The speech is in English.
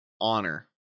honor